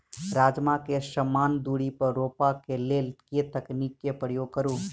राजमा केँ समान दूरी पर रोपा केँ लेल केँ तकनीक केँ प्रयोग करू?